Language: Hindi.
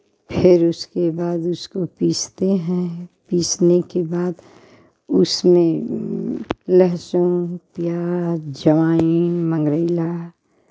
फिर उसके बाद उसको पीसते हैं पीसने के बाद उसमें लहसुन प्याज अजवाइन मंगरैला